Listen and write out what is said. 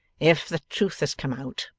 if the truth has come out,